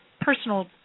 personal